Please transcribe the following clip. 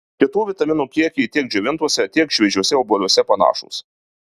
kitų vitaminų kiekiai tiek džiovintuose tiek šviežiuose obuoliuose panašūs